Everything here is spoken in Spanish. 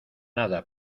nada